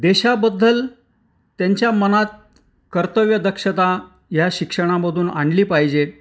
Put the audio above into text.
देशाबद्दल त्यांच्या मनात कर्तव्यदक्षता ह्या शिक्षणामधून आणली पाहिजे